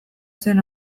zen